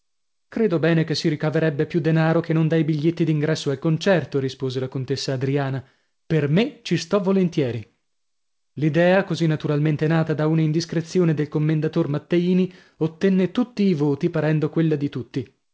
credo bene che si ricaverebbe più denaro che non dai biglietti d'ingresso al concerto rispose la contessa adriana per me ci sto volentieri l'idea così naturalmente nata da una indiscrezione del commendator matteini ottenne tutti i voti parendo quella di tutti